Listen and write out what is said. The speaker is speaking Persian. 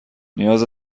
نیاز